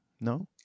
No